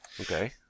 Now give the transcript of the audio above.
Okay